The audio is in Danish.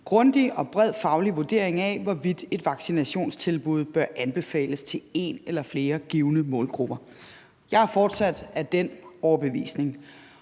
grundig og bred faglig vurdering af, hvorvidt et vaccinationstilbud bør anbefales til en eller flere givne målgrupper.« Jeg er fortsat af den overbevisning,